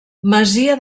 masia